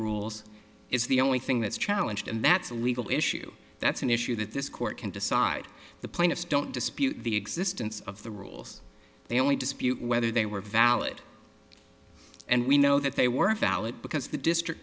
rules is the only thing that's challenged and that's a legal issue that's an issue that this court can decide the plaintiffs don't dispute the existence of the rules they only dispute whether they were valid and we know that they were valid because the district